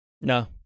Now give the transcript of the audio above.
No